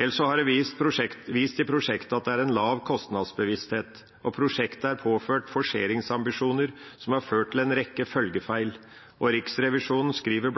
Ellers er det vist i prosjektet at det er en lav kostnadsbevissthet, og prosjektet er påført forseringsambisjoner som har ført til en rekke følgefeil. Riksrevisjonen skriver